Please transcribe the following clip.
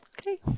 Okay